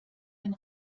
den